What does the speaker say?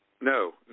No